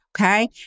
Okay